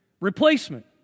replacement